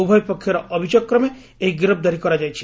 ଉଭୟ ପକ୍ଷର ଅଭିଯୋଗ କ୍ରମେ ଏହି ଗିରଫଦାରି କରାଯାଇଛି